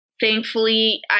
thankfully